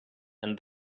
and